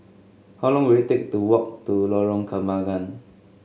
how long will it take to walk to Lorong Kembagan